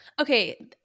okay